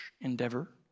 endeavor